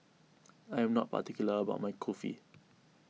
I am not particular about my Kulfi